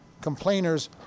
complainers